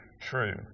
true